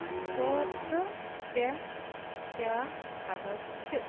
source پٮ۪ٹھ کیٛاہ خبَر چھِ